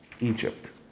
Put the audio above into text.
Egypt